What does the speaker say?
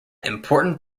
important